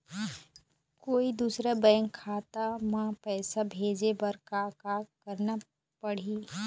कोई दूसर बैंक खाता म पैसा भेजे बर का का करना पड़ही?